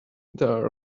there